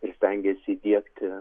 ir stengiasi įdiegti